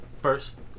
first